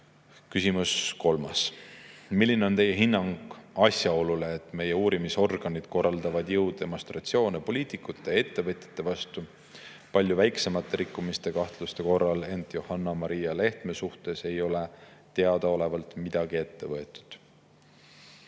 Kolmas küsimus: milline on teie hinnang asjaolule, et meie uurimisorganid korraldavad jõudemonstratsioone poliitikute ja ettevõtjate vastu palju väiksemate rikkumiste ja kahtluste korral, ent Johanna‑Maria Lehtme suhtes ei ole teadaolevalt midagi ette võetud?